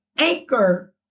anchor